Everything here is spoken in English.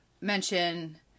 mention